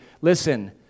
listen